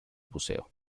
buceo